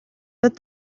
that